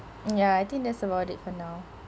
ya I think that's about it for now